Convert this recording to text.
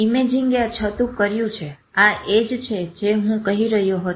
ઇમેજિંગએ આ છતું કર્યું છે આ એ જ છે જે હું કહી રહ્યો હતો